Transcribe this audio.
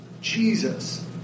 Jesus